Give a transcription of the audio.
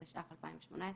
התשע"ח-2018,